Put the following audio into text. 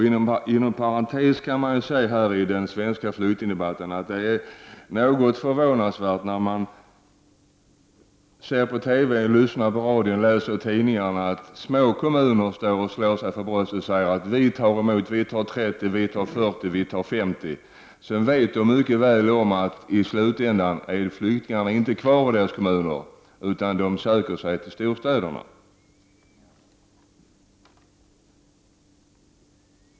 Inom parentes kan man i den svenska flyktingdebatten säga att det är något förvånande att se på TV, höra på radio eller läsa i tidningar att små kommuner slår sig för bröstet och säger att de tar emot 30, 40 eller 50 flyktingar. De vet mycket väl om att flyktingarna i slutänden inte är kvar i deras kommuner, utan de söker sig till storstäderna.